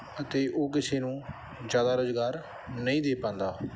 ਅਤੇ ਉਹ ਕਿਸੇ ਨੂੰ ਜ਼ਿਆਦਾ ਰੁਜ਼ਗਾਰ ਨਹੀਂ ਦੇ ਪਾਉਂਦਾ